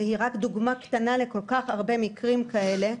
והיא רק דוגמה קטנה לכל כך הרבה מקרים כאלה,